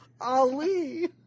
Ali